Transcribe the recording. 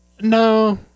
No